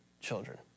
children